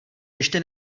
ještě